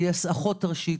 גייס אחות ראשית,